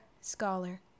Scholar